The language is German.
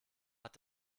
hat